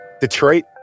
Detroit